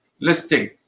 listing